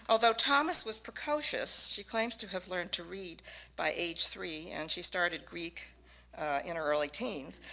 although thomas was precocious she claims to have learned to read by age three and she started greek in her early teens.